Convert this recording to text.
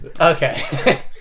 Okay